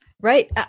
Right